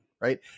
right